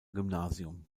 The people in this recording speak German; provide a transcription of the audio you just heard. gymnasium